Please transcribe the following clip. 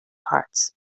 cards